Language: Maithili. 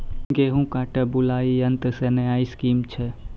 गेहूँ काटे बुलाई यंत्र से नया स्कीम छ?